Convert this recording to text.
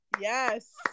Yes